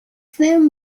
them